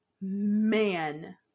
man